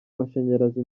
mashanyarazi